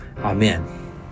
Amen